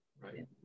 right